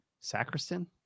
sacristan